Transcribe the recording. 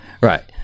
Right